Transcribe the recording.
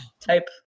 type